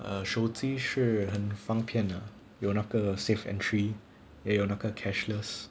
err 手机是很方便有那个 safe entry 也有那个 cashless